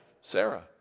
Sarah